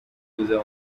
kuzaba